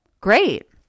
great